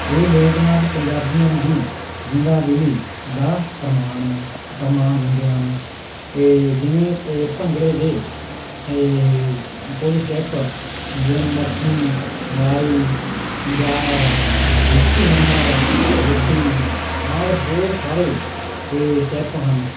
ਇਹ ਲੋਕ ਨਾਚ ਪੰਜਾਬੀਆਂ ਦੀ ਜਿੰਦਾ ਦਿਲੀ ਦਾ ਪ੍ਰਮਾਣ ਹੈ ਪ੍ਰਮਾਣ ਦਿੰਦੇ ਹਨ ਇਹ ਜਿਵੇਂ ਭੰਗੜੇ ਦੇ ਇਹ ਕੁਝ ਸਟੈਪ ਜਿੱਦਾਂ ਮੱਖਣੀ ਮਲਾਈ ਪੰਜਾਬ ਇਹ ਝੂਮਰ ਲੁੱਡੀ ਆਦਿ ਬਹੁਤ ਸਾਰੇ ਇਹ ਸਟੈਪ ਹਨ